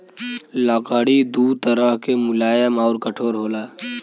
लकड़ी दू तरह के मुलायम आउर कठोर होला